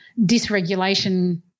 dysregulation